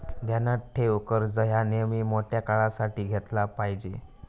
ध्यानात ठेव, कर्ज ह्या नेयमी मोठ्या काळासाठी घेतला पायजे